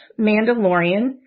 Mandalorian